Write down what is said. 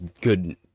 good